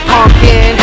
Pumpkin